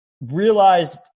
realized